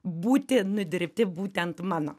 būti nudirbti būtent mano